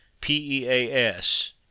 PEAS